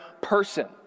person